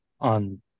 on